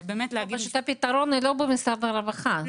הפתרון לא במשרד הרווחה.